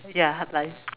ya hard life